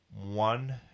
one